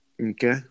Okay